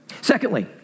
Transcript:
Secondly